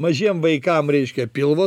mažiem vaikam reiškia pilvo